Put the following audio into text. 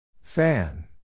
Fan